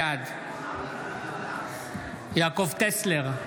בעד יעקב טסלר,